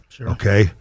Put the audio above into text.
Okay